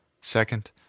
second